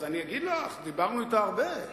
אז אני אגיד לך: דיברנו אתה הרבה.